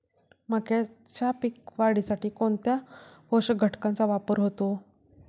मक्याच्या पीक वाढीसाठी कोणत्या पोषक घटकांचे वापर होतो?